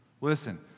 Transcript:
Listen